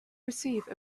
receive